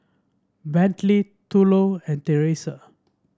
Brantley Thurlow and Teresa